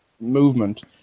movement